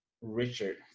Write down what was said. Richard